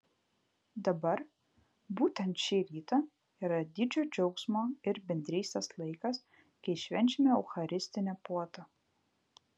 dabar būtent šį rytą yra didžio džiaugsmo ir bendrystės laikas kai švenčiame eucharistinę puotą